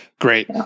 great